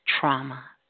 trauma